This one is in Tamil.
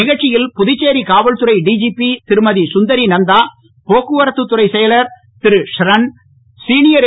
நிகழ்ச்சியில் புதுச்சேரி காவல்துறை டிஜிபி திருமதி சுந்தரி நந்தா போக்குவரத்துத்துறை செயலர் திரு ஷ்ரண் சீனியர் எஸ்